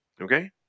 okay